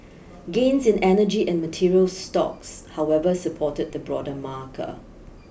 gains in energy and materials stocks however supported the broader marker